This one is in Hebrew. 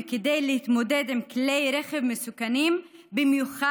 וכדי להתמודד עם כלי רכב מסוכנים במיוחד,